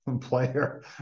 player